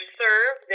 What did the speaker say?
serve